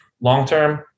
long-term